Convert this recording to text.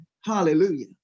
Hallelujah